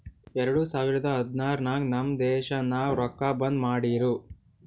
ಎರಡು ಸಾವಿರದ ಹದ್ನಾರ್ ನಾಗ್ ನಮ್ ದೇಶನಾಗ್ ರೊಕ್ಕಾ ಬಂದ್ ಮಾಡಿರೂ